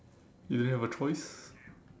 you didn't have a choice